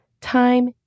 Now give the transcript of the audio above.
Time